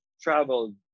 traveled